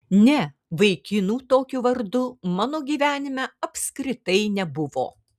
ne vaikinų tokiu vardu mano gyvenime apskritai nebuvo